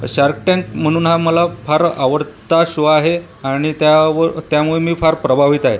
shark tank म्हणून हा मला फार आवडता शो आहे आणि त्यावर त्यामुळे मी फार प्रभावित आहे